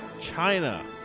China